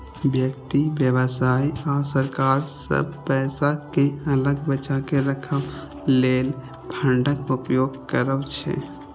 व्यक्ति, व्यवसाय आ सरकार सब पैसा कें अलग बचाके राखै लेल फंडक उपयोग करै छै